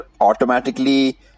automatically